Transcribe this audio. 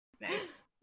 Nice